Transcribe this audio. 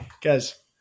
Guys